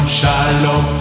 shalom